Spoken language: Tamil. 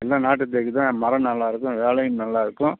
எல்லாம் நாட்டுத் தேக்கு தான் மரம் நல்லா இருக்கும் வேலையும் நல்லா இருக்கும்